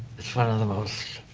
it's one of the most.